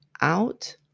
out